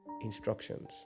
Instructions